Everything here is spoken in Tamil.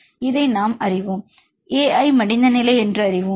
ஏனென்றால் இதை நாம் அறிவோம் Ai மடிந்த நிலை நாம் அறிவோம்